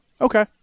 Okay